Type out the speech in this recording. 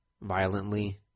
violently